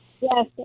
Yes